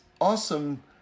awesome